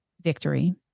victory